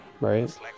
right